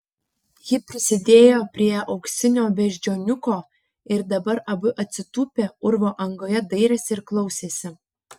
ji prisidėjo prie auksinio beždžioniuko ir dabar abu atsitūpę urvo angoje dairėsi ir klausėsi